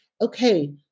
okay